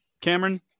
Cameron